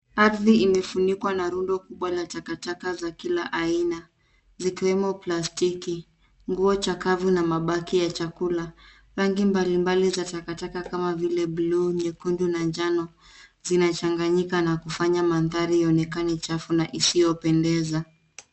Ardhi imefunikwa na rundo kubwa la takataka za kila aina zikiwemo plastiki, nguo chakavu na mabaki ya chakula. Rangi mbalimbali za takataka kama vile bluu, nyekundu na njano zinachanganyika na kufanya mandhari yaonekane chafu na isiyopendeza.